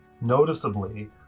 noticeably